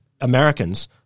Americans